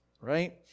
right